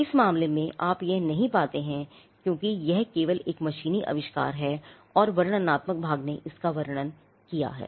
इस मामले में आप यह नहीं पाते हैं क्योंकि यह केवल एक मशीनी आविष्कार है और वर्णनात्मक भाग ने इसका वर्णन किया है